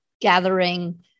gathering